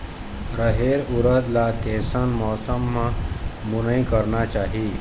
रहेर उरद ला कैसन मौसम मा बुनई करना चाही?